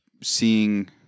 Seeing